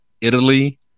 Italy